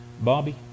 Bobby